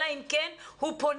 אלא אם כן הוא פונה,